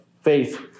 faith